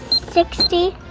sixty,